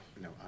No